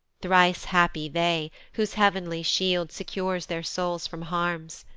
thrice happy they, whose heav'nly shield secures their souls from harms,